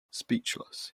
speechless